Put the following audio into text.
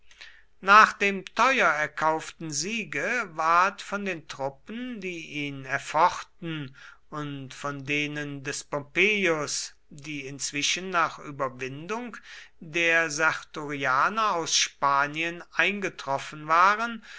nach dem teuer erkauften siege ward von den truppen die ihn erfochten und von denen des pompeius die inzwischen nach überwindung der sertorianer aus spanien eingetroffen waren